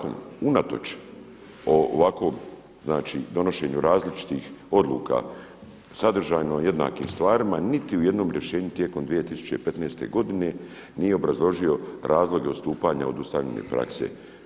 DKOM unatoč ovakvom donošenju različitih odluka sadržajno jednakim stvarima niti u jednom rješenju tijekom 2015. godine nije obrazložio razloge odstupanja od ustaljene prakse.